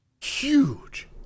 huge